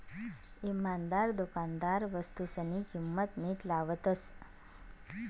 इमानदार दुकानदार वस्तूसनी किंमत नीट लावतस